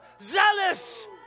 zealous